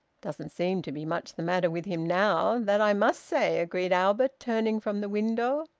doesn't seem to be much the matter with him now! that i must say! agreed albert, turning from the window.